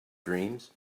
dreams